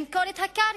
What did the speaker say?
למכור את הקרקע.